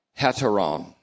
heteron